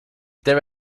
there